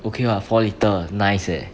okay what four liter nice eh